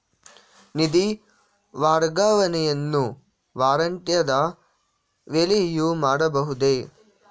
ನಿಧಿ ವರ್ಗಾವಣೆಯನ್ನು ವಾರಾಂತ್ಯದ ವೇಳೆಯೂ ಮಾಡಬಹುದೇ?